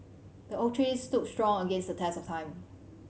the oak tree stood strong against the test of time